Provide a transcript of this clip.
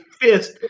fist